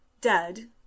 dead